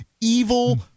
evil